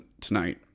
tonight